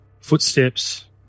footsteps